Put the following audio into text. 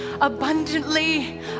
abundantly